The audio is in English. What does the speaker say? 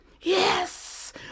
Yes